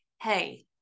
hey